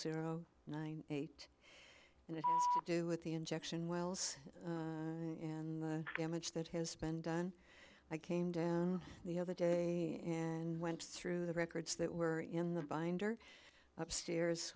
zero nine eight and do with the injection wells in the damage that has been done i came down the other day and went through the records that were in the binder upstairs